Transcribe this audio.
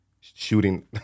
shooting